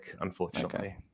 unfortunately